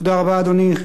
תודה רבה, אדוני.